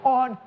on